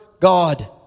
God